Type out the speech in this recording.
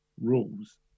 rules